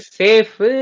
safe